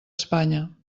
espanya